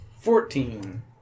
Fourteen